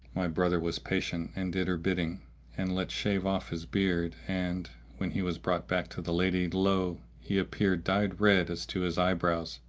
my brother was patient and did her bidding and let shave off his beard and, when he was brought back to the lady, lo! he appeared dyed red as to his eyebrows,